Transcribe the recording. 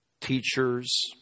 teachers